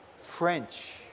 French